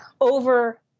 over